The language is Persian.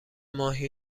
ماهی